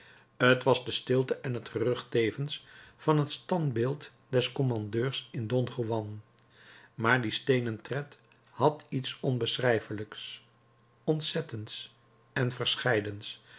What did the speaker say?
t was de stilte en het gerucht tevens van het standbeeld des commandeurs in don juan maar die steenentred had iets onbeschrijfelijks ontzettends en verscheidens